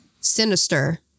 Sinister